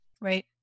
Right